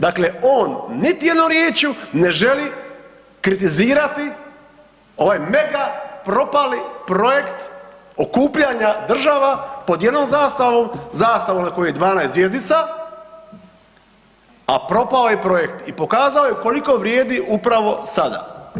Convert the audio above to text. Dakle, on niti jednom riječju ne želi kritizirati ovaj mega propali projekt okupljanja država pod jednom zastavom, zastavom na kojoj je 12 zvjezdica, a propao je projekt i pokazao je koliko vrijedi upravo sada.